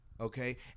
Okay